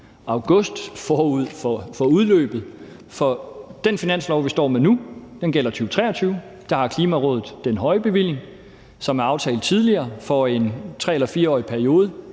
august forud for udløbet. Den finanslov, vi står med nu, gælder for 2023, og der har Klimarådet den høje bevilling, som er aftalt tidligere for en 3- eller 4-årig periode,